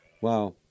Wow